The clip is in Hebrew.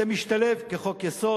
זה משתלב כחוק-יסוד,